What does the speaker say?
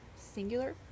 singular